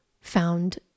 found